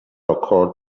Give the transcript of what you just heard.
occurred